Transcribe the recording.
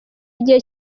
igihe